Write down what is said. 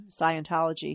Scientology